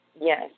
Yes